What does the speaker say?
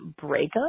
breakup